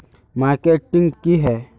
Marketing की है?